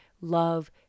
love